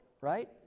right